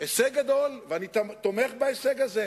הישג גדול, ואני תומך בהישג הזה.